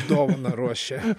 dovaną ruošia